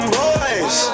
boys